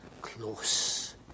Close